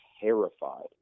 terrified